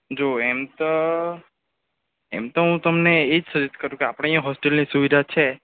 જો એમ તો એમ તો હું તમને એ સજેસ્ટ કરું કે આપણે અહીં હોસ્ટેલની સુવિધા છે